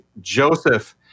Joseph